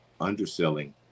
underselling